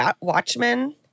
Watchmen